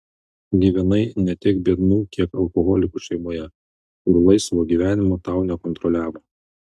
gyvenai ne tiek biednų kiek alkoholikų šeimoje kur laisvo gyvenimo tau nekontroliavo